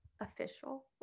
official